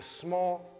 small